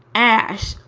ash,